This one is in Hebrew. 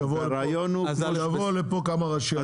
שיבואו לכאן כמה ראשי ערים.